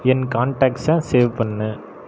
என் கான்டாக்ட்ஸை சேவ் பண்ணு